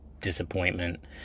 disappointment